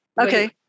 okay